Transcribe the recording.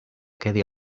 quedi